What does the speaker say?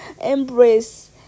embrace